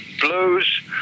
blues